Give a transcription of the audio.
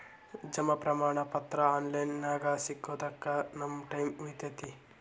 ಜಮಾ ಪ್ರಮಾಣ ಪತ್ರ ಆನ್ ಲೈನ್ ನ್ಯಾಗ ಸಿಗೊದಕ್ಕ ನಮ್ಮ ಟೈಮ್ ಉಳಿತೆತಿ